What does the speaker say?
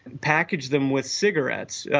package them with cigarettes,